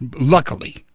luckily